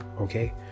Okay